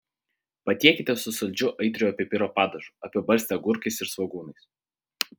patiekite su saldžiu aitriojo pipiro padažu apibarstę agurkais ir svogūnais